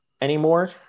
anymore